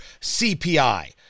CPI